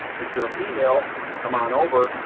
if you're a female come on over,